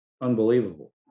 Unbelievable